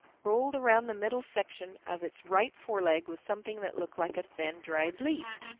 rolled around the middle section of its right foreleg was something that looked like a thin dried leaf.